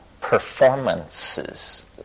performances